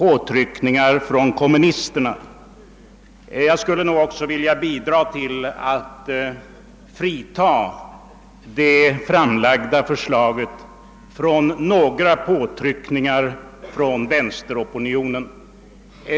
Också jag vill bidra till att frita det framlagda förslaget från påståendet att det låtit sig påverkas av påtryckningar från vänsteropinionen.